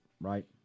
right